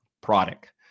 product